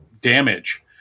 damage